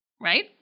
Right